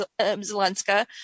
Zelenska